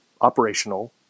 operational